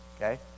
Okay